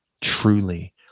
truly